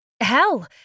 hell